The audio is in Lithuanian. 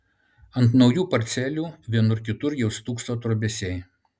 ant naujų parcelių vienur kitur jau stūkso trobesiai